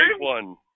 one